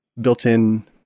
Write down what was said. built-in